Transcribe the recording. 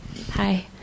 Hi